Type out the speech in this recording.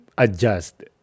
adjust